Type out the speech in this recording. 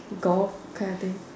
golf kind of thing